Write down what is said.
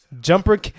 Jumper